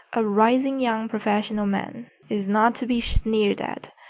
a rising young professional man is not to be sneered at,